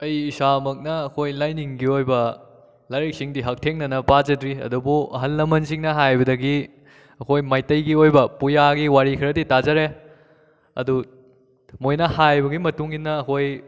ꯑꯩ ꯏꯁꯥꯃꯛꯅ ꯑꯩꯈꯣꯏ ꯂꯥꯏꯅꯤꯡꯒꯤ ꯑꯣꯏꯕ ꯂꯥꯏꯔꯤꯛꯁꯤꯡꯗꯤ ꯍꯛꯊꯦꯡꯅꯅ ꯄꯥꯖꯗ꯭ꯔꯤ ꯑꯗꯨꯕꯨ ꯑꯍꯜ ꯂꯃꯟꯁꯤꯡꯅ ꯍꯥꯏꯕꯗꯒꯤ ꯑꯩꯈꯣꯏ ꯃꯩꯇꯩꯒꯤ ꯑꯣꯏꯕ ꯄꯨꯌꯥꯒꯤ ꯋꯥꯔꯤ ꯈꯔꯗꯤ ꯇꯥꯖꯔꯦ ꯑꯗꯨ ꯃꯣꯏꯅ ꯍꯥꯏꯕꯒꯤ ꯃꯇꯨꯡ ꯏꯟꯅ ꯑꯩꯈꯣꯏ